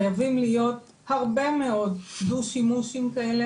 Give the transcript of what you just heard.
חייבים להיות הרבה מאוד דו שימושים כאלה,